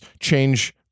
change